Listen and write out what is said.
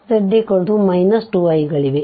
ನಂತರ z2i ಮತ್ತು z 2iಗಳಿವೆ